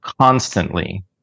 Constantly